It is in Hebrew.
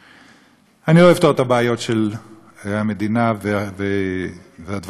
לא אפתור את הבעיות של המדינה והדברים הגשמיים,